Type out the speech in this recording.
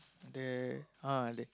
the ah the